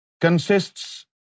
consists